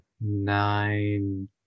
nine